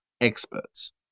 experts